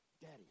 Daddy